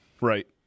right